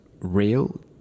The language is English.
real